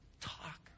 Talk